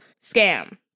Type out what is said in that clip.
Scam